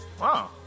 Wow